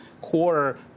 quarter